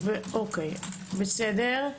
בסדר.